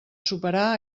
superar